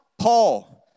Paul